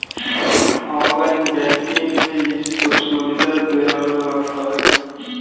online banking में इ सब सुविधा देहल रहत हवे